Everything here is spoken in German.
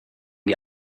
die